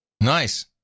Nice